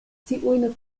tiujn